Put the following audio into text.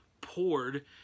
poured